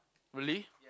really